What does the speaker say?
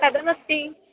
कथमस्ति